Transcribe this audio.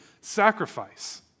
sacrifice